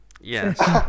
Yes